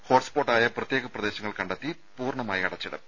ഹോട്ട്സ്പോട്ടായ പ്രത്യേക പ്രദേശങ്ങൾ കണ്ടെത്തി പൂർണ്ണമായി അടച്ചിടും